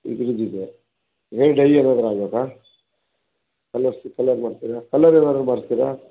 ಇದ್ರಿದ್ ಇದೆ hair dye ಏನಾದರೂ ಆಗಬೇಕಾ ಕಲರ್ಸ್ ಕಲರ್ ಮಾಡ್ತೀರಾ ಕಲರ್ ಏನಾದರೂ ಮಾಡ್ತೀರಾ